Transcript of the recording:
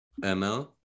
ML